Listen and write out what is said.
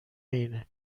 اینه